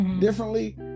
differently